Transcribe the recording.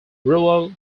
rural